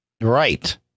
Right